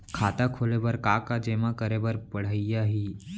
खाता खोले बर का का जेमा करे बर पढ़इया ही?